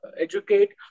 educate